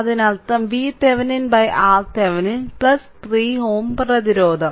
അതിനർത്ഥം VThevenin RThevenin 3Ω പ്രതിരോധം